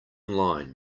line